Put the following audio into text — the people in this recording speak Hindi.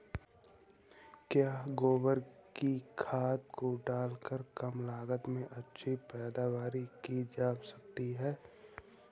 क्या गोबर की खाद को डालकर कम लागत में अच्छी पैदावारी की जा सकती है?